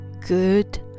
good